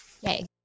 Yay